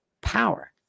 Power